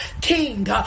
king